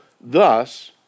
thus